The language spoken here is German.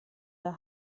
der